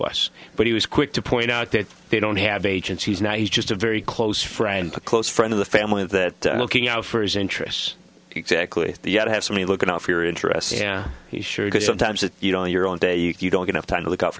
us but he was quick to point out that they don't have agencies now he's just a very close friend a close friend of the family that looking out for his interests exactly yet have somebody looking out for your interests yeah he sure sometimes if you don't your own day you don't have time to look out for